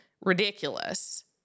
ridiculous